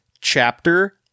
Chapter